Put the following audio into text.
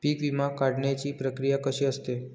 पीक विमा काढण्याची प्रक्रिया कशी असते?